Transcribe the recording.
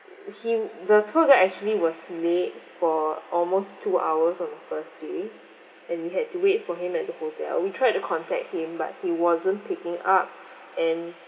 he the tour guide actually was late for almost two hours on the first day and we had to wait for him at the hotel we tried to contact him but he wasn't picking up and